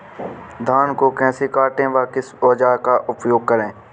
धान को कैसे काटे व किस औजार का उपयोग करें?